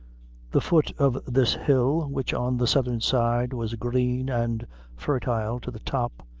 the foot of this hill, which on the southern side was green and fertile to the top,